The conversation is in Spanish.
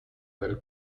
del